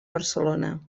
barcelona